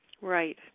Right